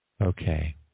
okay